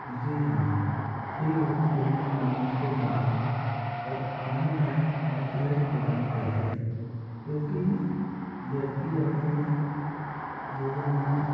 जी हाँ खेल लोगों के लिए तनाव से राहत और आनंदायक आउटलेट प्रदान करते क्योंकि व्यक्ति अपने जीवन में